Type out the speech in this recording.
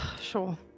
Sure